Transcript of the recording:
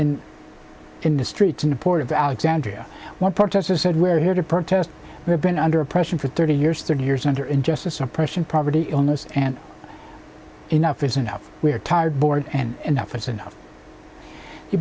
in in the streets in the port of alexandria one protester said we're here to protest we have been under oppression for thirty years thirty years under injustice oppression property illness and enough is enough we're tired bored and enough it's enough the